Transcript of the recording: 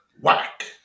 Whack